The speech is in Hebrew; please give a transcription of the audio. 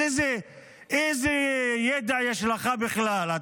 אז איזה ידע יש לך בכלל?